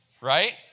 right